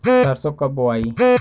सरसो कब बोआई?